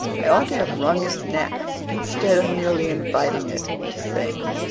i ought to have wrung its neck instead of merely inviting it to sing.